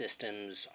systems